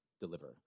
deliver